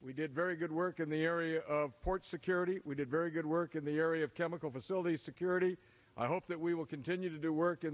we did very good work in the area of port security we did very good work in the area of chemical facilities security i hope that we will continue to do work in